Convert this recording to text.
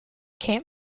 camp